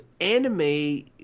anime